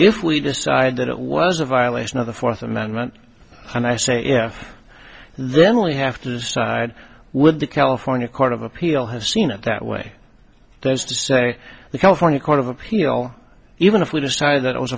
if we decide that it was a violation of the fourth amendment and i say yes then we have to side with the california court of appeal has seen it that way there is to say the california court of appeal even if we decide that